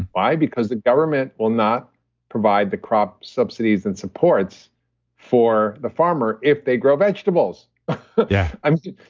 why? because the government will not provide the crop subsidies and supports for the farmer if they grow vegetables yeah i mean,